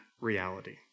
reality